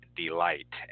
delight